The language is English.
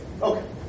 Okay